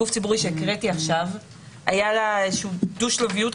וגוף ציבורי אחד שחייב לתת לי ליצור איתו קשר?